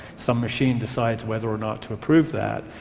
some machine decides whether or not to approve that.